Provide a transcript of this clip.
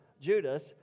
Judas